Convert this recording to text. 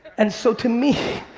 and so to me.